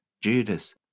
Judas